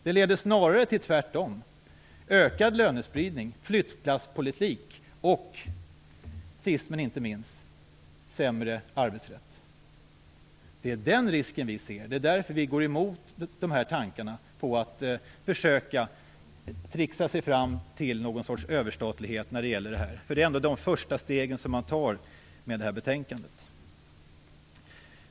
Det leder snarare till det motsatta: ökad lönespridning, flyttlasspolitik och sist men inte minst sämre arbetsrätt. Det är den risken vi ser. Det är därför som vi går emot dessa tankar på att försöka tricksa sig fram till någon sorts överstatlighet i den här frågan. Det är de första stegen man tar med detta betänkande.